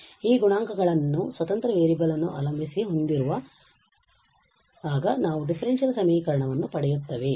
ಆದ್ದರಿಂದ ಈ ಗುಣಾಂಕಗಳನ್ನು ಸ್ವತಂತ್ರ ವೇರಿಯಬಲ್ ಅನ್ನು ಅವಲಂಬಿಸಿ ಹೊಂದಿರುವಾಗ ನಾವು ಡಿಫರೆನ್ಷಿಯಲ್ ಸಮೀಕರಣವನ್ನು ಪಡೆಯುತ್ತೇವೆ